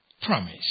promise